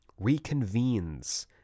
reconvenes